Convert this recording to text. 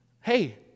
Hey